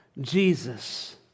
Jesus